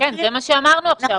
כן, זה מה שאמרנו עכשיו.